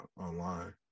online